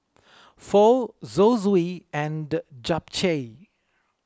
Pho Zosui and Japchae